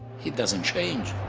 he doesn't change.